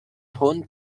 hund